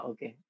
Okay